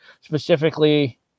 specifically